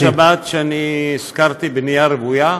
את שמעת שאני הזכרתי בנייה רוויה?